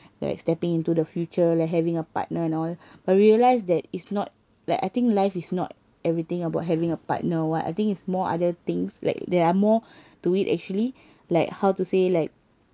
like stepping into the future like having a partner and all but we realise that it's not like I think life is not everything about having a partner what I think is more other things like there are more to it actually like how to say like